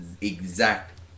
exact